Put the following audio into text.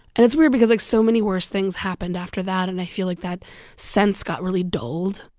and it's weird because, like, so many worse things happened after that, and i feel like that sense got really dulled,